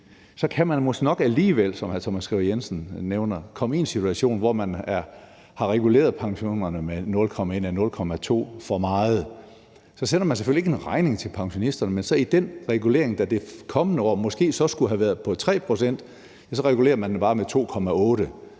Jensen nævner, komme i en situation, hvor man har reguleret pensionerne med 0,1 eller 0,2 pct. for meget. Så sender man selvfølgelig ikke en regning til pensionisterne, men i den regulering, der det kommende år måske så skulle have været på 3 pct., regulerer man det bare med 2,8